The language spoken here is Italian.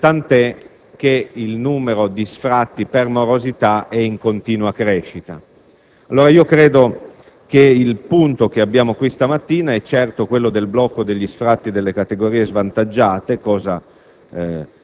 tanto che il numero di sfratti per morosità è in continua crescita. Credo che il punto che abbiamo di fronte questa mattina è certo quello del blocco degli sfratti per le categorie svantaggiate - cosa giusta